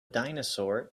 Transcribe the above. dinosaur